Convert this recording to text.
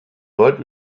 weit